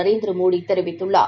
நரேந்திர மோடி தெரிவித்துள்ளார்